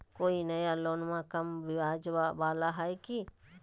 कोइ नया लोनमा कम ब्याजवा वाला हय की?